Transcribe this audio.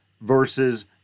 versus